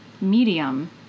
medium